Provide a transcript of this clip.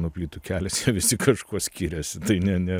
geltonų plytų kelias jie visi kažkuo skiriasi tai nėnėnėra